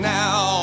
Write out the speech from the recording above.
now